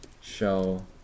show